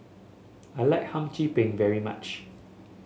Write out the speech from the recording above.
I like Hum Chim Peng very much